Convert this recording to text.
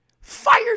fired